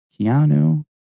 Keanu